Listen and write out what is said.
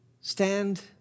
Stand